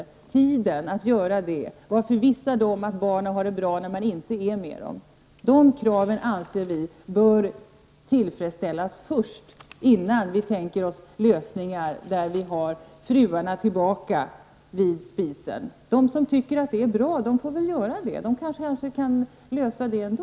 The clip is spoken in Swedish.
Det gäller tiden att göra detta: Var förvissad om att barnen har det bra när man inte är med dem. Vi anser att det är de här kraven som bör tillfredsställas först, innan vi tänker oss lösningar där fruarna är tillbaka vid spisen. De som tycker att det är bra får väl välja den vägen. De kan kanske lösa problemen ändå.